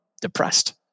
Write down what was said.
depressed